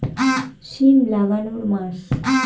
সিম লাগানোর মাস?